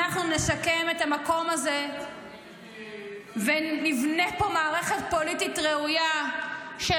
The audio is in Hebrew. אנחנו נשקם את המקום הזה ונבנה פה מערכת פוליטית ראויה של